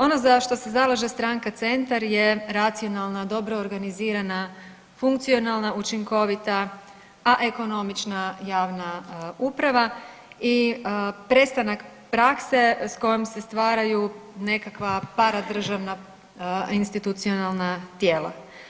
Ono za što se zalaže stranka Centar je racionalna, dobro organizirana, funkcionalna, učinkovita, a ekonomična javna uprava i prestanak prakse s kojom se stvaraju nekakva paradržavna institucionalna tijela.